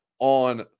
On